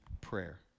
prayer